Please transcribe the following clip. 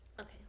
Okay